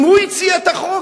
אם הוא הציע את החוק,